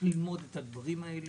אותו דבר יהיה